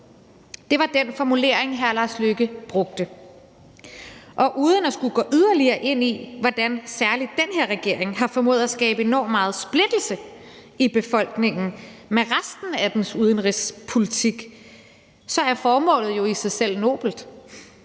Det var den formulering, udenrigsministeren brugte. Uden at skulle gå yderligere ind i, hvordan særlig den her regering har formået at skabe enormt meget splittelse i befolkningen med resten af dens udenrigspolitik, så er formålet i sig selv jo nobelt: